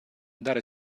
dare